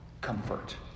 comfort